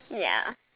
ya